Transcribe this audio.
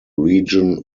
region